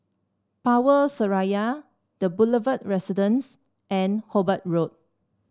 Power Seraya The Boulevard Residence and Hobart Road